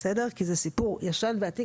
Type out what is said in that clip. כי זה סיפור ישן ועתיק,